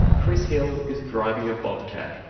chris hill is driving a bobcat,